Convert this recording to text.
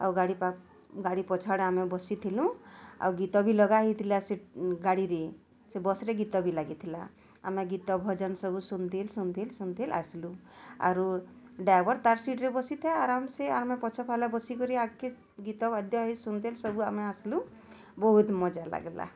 ଆଉ ପାଖ୍ ଗାଡ଼ି ପଛ ଆଡ଼େ ଆମେ ବସି ଥିଲୁ ଆଉ ଗୀତ ବି ଲଗା ହୋଇଥିଲା ସେ ଗାଡ଼ିରେ ସେ ବସ୍ରେ ଗୀତ ବି ଲାଗି ଥିଲା ଆମେ ଗୀତ ଭଜନ ସବୁ ଶୁନ୍ ଥିଲ୍ ଶୁନ୍ ଥିଲ୍ ଶୁନ୍ ଥିଲ୍ ଆସିଲୁ ଆରୁ ଡ୍ରାଇଭର୍ ତା ସିଟ୍ରେ ଦସି ଥାଏ ଆରାମ୍ ସେ ଆମେ ପଛେ ପାଖେ ବସି କରି ଆଗ୍କେ ଗୀତ ବାଦ୍ୟ ଏ ଶୁନ୍ ଥିଲ୍ ଆସିଲୁ ବହୁତ ମଜା ଲାଗିଲା